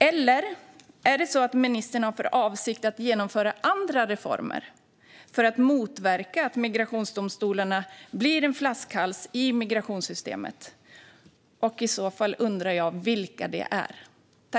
Eller har ministern för avsikt att genomföra andra reformer för att motverka att migrationsdomstolarna blir en flaskhals i migrationssystemet? Vilka är de reformerna?